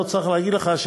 אני לא צריך להגיד לך,